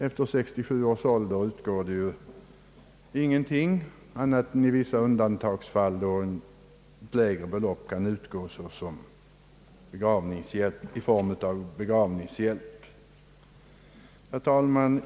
Efter 67 års ålder utgår ingenting, annat än i vissa undantagsfall, då ett lägre belopp kan utgå i form av begravningshjälp. Herr talman!